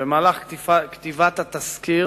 במהלך כתיבת התסקיר